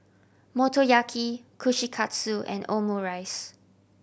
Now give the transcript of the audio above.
Motoyaki Kushikatsu and Omurice